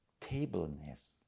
tableness